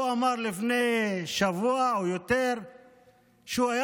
הוא אמר לפני שבוע או יותר שהוא היה